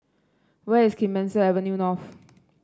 where is Clemenceau Avenue North